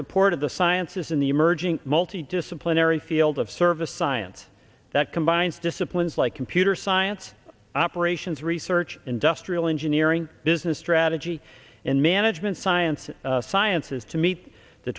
support of the sciences in the emerging multi disciplinary field of service science that combines disciplines like computer science operations research industrial engineering business strategy and management science and science is to meet the